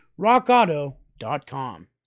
RockAuto.com